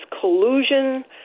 collusion